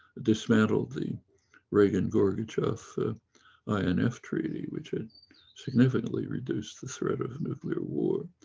dismantled the reagan gorbachev inf treaty which would significantly reduce the threat of nuclear war.